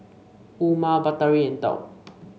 Umar Batari and Daud